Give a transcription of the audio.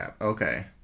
okay